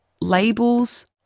labels